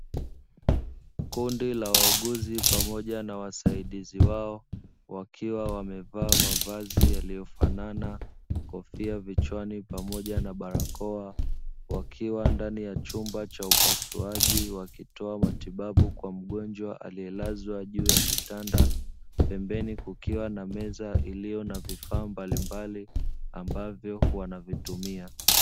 Kundi la wauguzi pamoja na wasaidizi wao wakiwa wamevaa mavazi yaliyofanana; kofia vichwani pamoja na barakoa, wakiwa ndani ya chumba cha upasuaji wakitoa matibabu kwa mgonjwa aliyelazwa juu ya kitanda, pembeni kukiwa na meza iliyo na vifaa mbalimbali ambavyo wanavitumia.